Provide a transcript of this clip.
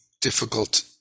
difficult